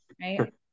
Right